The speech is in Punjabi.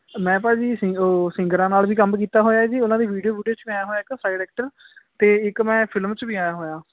ਮੈਂ ਭਾਅ ਜੀ ਸਿ ਓ ਸਿੰਗਰਾਂ ਨਾਲ ਵੀ ਕੰਮ ਕੀਤਾ ਹੋਇਆ ਜੀ ਉਨ੍ਹਾਂ ਦੀ ਵੀਡੀਓ ਵੂਡੀਓ ਚ ਮੈਂ ਆਇਆਂ ਹੋਇਆਂ ਇੱਕ ਸਾਈਡ ਐਕਟਰ ਤੇ ਇੱਕ ਮੈਂ ਫਿਲਮ 'ਚ ਵੀ ਆਇਆਂ ਹੋਇਆਂ